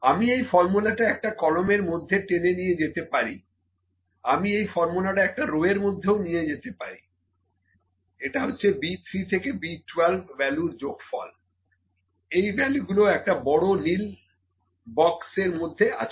আমি এই ফর্মুলাটা একটা কলাম এর মধ্যে টেনে নিয়ে যেতে পারি আমি এই ফর্মুলাটা একটা রো এর মধ্যেও টেনে নিয়ে যেতে পারি এটা হচ্ছে B 3 থেকে B12 ভ্যালুর যোগফল এই ভ্যালু গুলো একটা বড় নীল বাক্স এর মধ্যে আছে